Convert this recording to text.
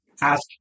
ask